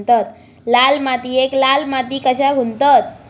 लाल मातीयेक लाल माती कशाक म्हणतत?